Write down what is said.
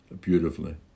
beautifully